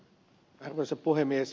arvoisa puhemies